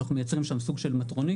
אנחנו מייצרים שם סוג של מטרונית,